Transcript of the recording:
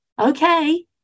okay